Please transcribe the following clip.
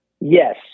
Yes